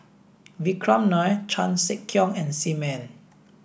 vikram Nair Chan Sek Keong and Sim Ann